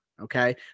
Okay